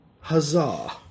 huzzah